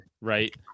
right